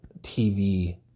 TV